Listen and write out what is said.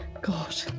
God